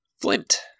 Flint